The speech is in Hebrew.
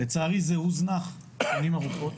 לצערי זה הוזנח שנים ארוכות,